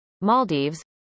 Maldives